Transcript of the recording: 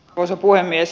arvoisa puhemies